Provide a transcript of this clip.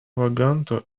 vaganto